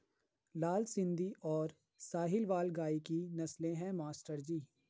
लाल सिंधी और साहिवाल गाय की नस्लें हैं मास्टर जी